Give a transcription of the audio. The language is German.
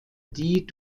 die